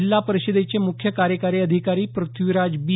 जिल्हा परिषदेचे मुख्य कार्यकारी अधिकारी प्रश्वीराज बी